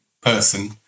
person